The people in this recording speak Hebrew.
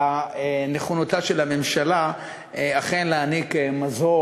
בנכונותה של הממשלה אכן להעניק מזור